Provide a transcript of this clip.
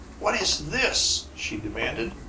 what is this? she demanded,